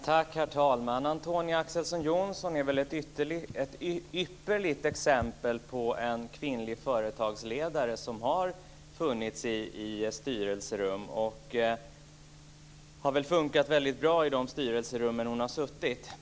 Herr talman! Antonia Ax:son Johnson är väl ett ypperligt exempel på en kvinnlig företagsledare som har funnits i styrelserum och som har funkat väldigt bra i de styrelserum som hon har suttit i.